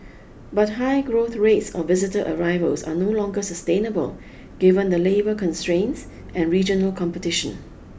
but high growth rates of visitor arrivals are no longer sustainable given the labour constraints and regional competition